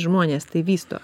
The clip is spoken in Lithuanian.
žmonės tai vysto